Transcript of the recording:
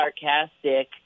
sarcastic